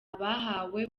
abahawe